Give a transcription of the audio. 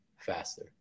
Faster